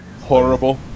horrible